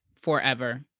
forever